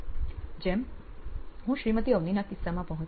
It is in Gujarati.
જેમ હું શ્રીમતી અવનીના કિસ્સામાં પહોંચ્યો